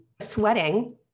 sweating